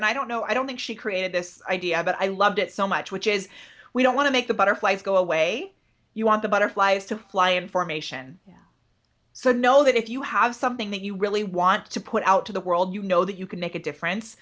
and i don't know i don't think she created this idea but i loved it so much which is we don't want to make the butterflies go away you want the butterflies to fly in formation so know that if you have something that you really want to put out to the world you know that you can make a difference